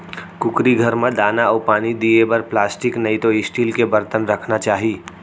कुकरी घर म दाना अउ पानी दिये बर प्लास्टिक नइतो स्टील के बरतन राखना चाही